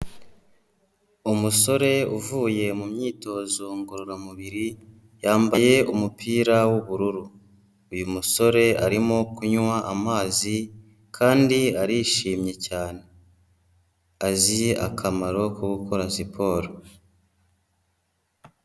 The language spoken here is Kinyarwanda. Umusore uvuye mu myitozo ngororamubiri yambaye umupira w'ubururu, uyu musore arimo kunywa amazi kandi arishimye cyane, azi akamaro ko gukora siporo.